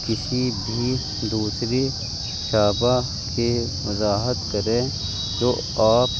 کسی بھی دوسری چابا کی وضاحت کریں تو آپ